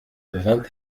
vingt